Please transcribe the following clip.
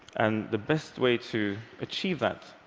and the best way to achieve that,